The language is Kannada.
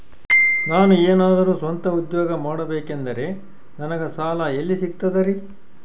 ನಾನು ಏನಾದರೂ ಸ್ವಂತ ಉದ್ಯೋಗ ಮಾಡಬೇಕಂದರೆ ನನಗ ಸಾಲ ಎಲ್ಲಿ ಸಿಗ್ತದರಿ?